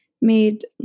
made